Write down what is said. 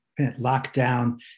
lockdown